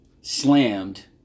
slammed